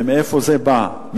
ומאיפה זה בא?